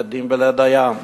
לית דין ולית דיין.